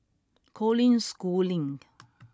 Colin Schooling